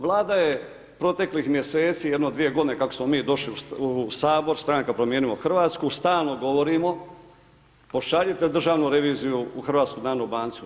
Vlada je proteklih mjeseci jedno 2 g. kako smo mi došli u Sabor, stranka Primijenimo Hrvatsku, stalno govorimo, pošaljite Državnu reviziju u HNB.